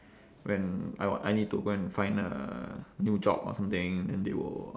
when I I need to go and find a new job or something then they will